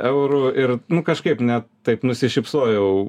eurų ir nu kažkaip net taip nusišypsojau